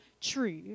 true